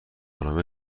ارامش